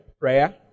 prayer